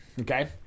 Okay